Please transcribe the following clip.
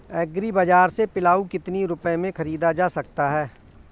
Agree बाजार से पिलाऊ कितनी रुपये में ख़रीदा जा सकता है?